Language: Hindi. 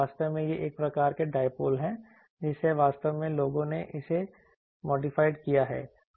वास्तव में यह प्रकार एक डायपोल है जिससे वास्तव में लोगों ने इसे मॉडिफाइड किया है